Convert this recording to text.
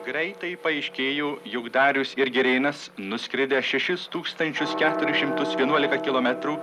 greitai paaiškėjo jog darius ir girėnas nuskridę šešis tūkstančius keturis šimtus vienuolika kilometrų